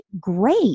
great